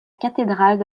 cathédrale